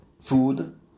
food